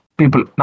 people